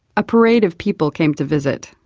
a parade of people came to visit,